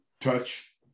touch